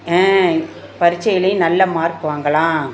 ஆ பரீட்சையிலையும் நல்ல மார்க் வாங்கலாம்